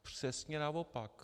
Přesně naopak.